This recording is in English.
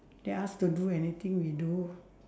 they ask to do anything we do